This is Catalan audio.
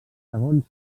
segons